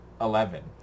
Eleven